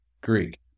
Greek